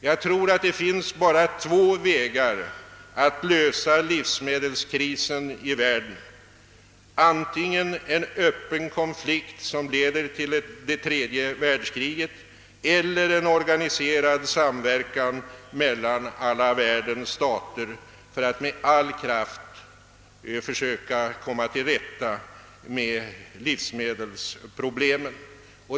Jag tror att livsmedelskrisen i världen endast kan lösas på två sätt, antingen genom en öppen konflikt som leder till det tredje världskriget eller en organiserad samverkan mellan alla värl dens stater för att försöka komma till rätta med livsmedelsproblemet.